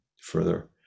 further